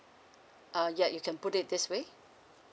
uh ya you can put it this way